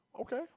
Okay